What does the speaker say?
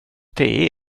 till